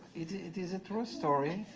it is a true story.